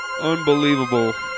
Unbelievable